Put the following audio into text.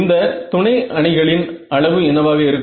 இந்த துணை அணிகளின் அளவு என்னவாக இருக்கும்